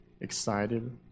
excited